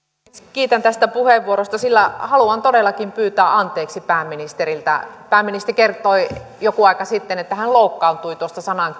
kiitän tästä puheenvuorosta sillä haluan todellakin pyytää anteeksi pääministeriltä pääministeri kertoi joku aika sitten että hän loukkaantui tuosta sanan